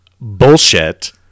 Bullshit